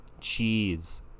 cheese